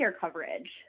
coverage